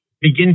begin